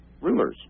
rulers